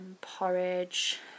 porridge